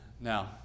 Now